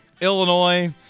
Illinois